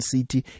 City